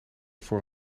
voor